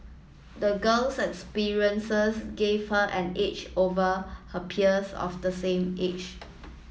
the girl's experiences gave her an edge over her peers of the same age